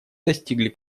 достигли